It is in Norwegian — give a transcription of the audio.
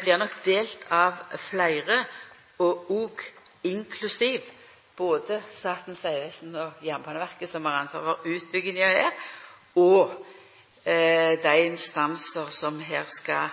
blir nok delt av fleire – inklusiv både Statens vegvesen og Jernbaneverket, som har ansvaret for utbygginga her, og dei instansane som skal